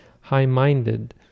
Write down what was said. high-minded